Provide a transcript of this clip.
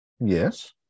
Yes